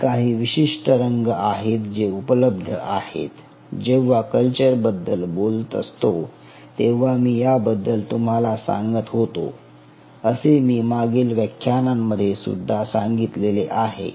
हे काही विशिष्ट रंग आहेत जे उपलब्ध आहेत जेव्हा कल्चर बद्दल बोलत असतो तेव्हा मी याबद्दल तुम्हाला सांगत असतो असे मी मागील व्याख्यानांमध्ये सुद्धा सांगितले आहे